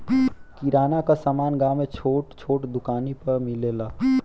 किराना क समान गांव में छोट छोट दुकानी पे मिलेला